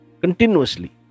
continuously